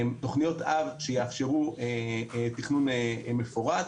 תוכניות אב שיאפשרו תכנון מפורט,